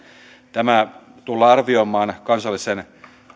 tämä tullaan arvioimaan kansallisen